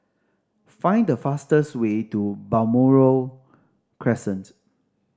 find the fastest way to Balmoral Crescent